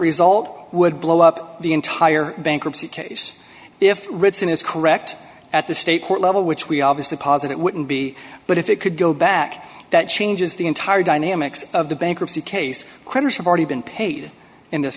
result would blow up the entire bankruptcy case if ritson is correct at the state court level which we obviously posit it wouldn't be but if it could go back that changes the entire dynamics of the bankruptcy case creditors have already been paid in this